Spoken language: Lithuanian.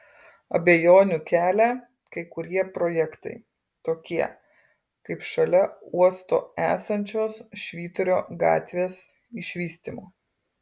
abejonių kelia kai kurie projektai tokie kaip šalia uosto esančios švyturio gatvės išvystymo